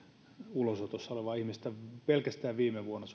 ulosotossa olevaa ihmistä pelkästään viime vuonna